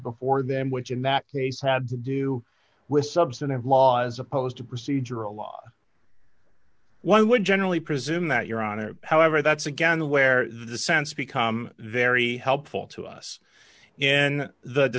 before them which in that case had to do with substantive law as opposed to procedural law one would generally presume that your honor however that's again where the sense become very helpful to us in the